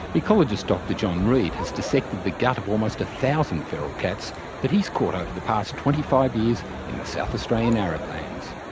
ecologist dr john read has dissected the gut of almost a thousand feral cats that he's caught over the past twenty five years in the south australian arid lands.